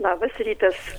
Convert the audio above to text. labas rytas